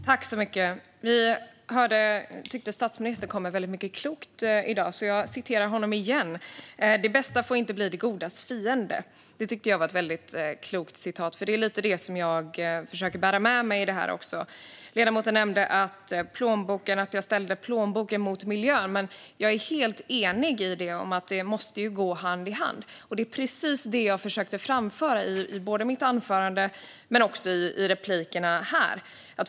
Herr talman! Jag tyckte att statsministern kom med väldigt mycket klokt i dag. Jag ska citera honom igen: Det bästa får inte bli det godas fiende. Det är ett väldigt klokt talesätt. Det är lite det som jag försöker att bära med mig. Ledamoten nämnde att jag ställde plånboken mot miljön. Jag är helt enig om att det måste gå hand i hand. Det var precis det jag försökte framföra i mitt anförande och i replikerna här.